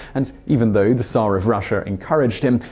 and even though the tsar of russia encouraged him,